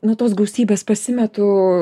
nuo tos gausybės pasimetu